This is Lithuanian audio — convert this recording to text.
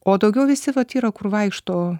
o daugiau visi vat yra kur vaikšto